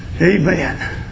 Amen